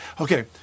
Okay